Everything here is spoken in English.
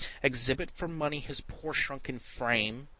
exhibit for money his poor, shrunken frame,